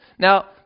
Now